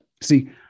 See